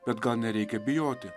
bet gal nereikia bijoti